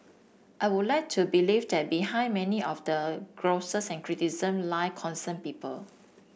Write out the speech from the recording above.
I would like to believe that behind many of the grouses and criticisms lie concerned people